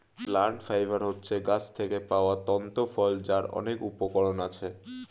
plant fibre হচ্ছে গাছ থেকে পাওয়া তন্তু ফল যার অনেক উপকরণ আছে